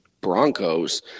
Broncos